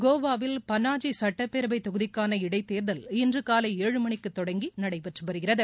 கோவாவில் பளாஜி சுட்டப்பேரவை தொகுதிக்காள இடைத்தேர்தல் இன்று காலை ஏழு மணிக்கு தொடங்கி நடைபெற்று வருகிறது